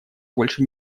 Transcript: больше